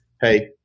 hey